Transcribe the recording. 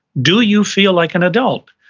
do you feel like an adult?